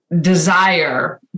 desire